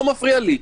לא מפריע לי.